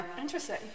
Interesting